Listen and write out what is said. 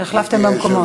החלפתם במקומות.